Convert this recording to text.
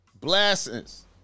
Blessings